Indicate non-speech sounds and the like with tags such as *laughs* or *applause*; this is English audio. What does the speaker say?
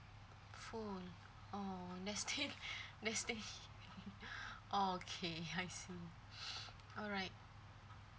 food oh that's still *laughs* that's sti~ *laughs* okay I see *laughs* alright